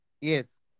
Yes